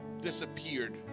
disappeared